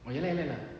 oh ya lah ya lah